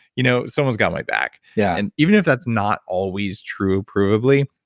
you know someone's got my back. yeah and even if that's not always true provably,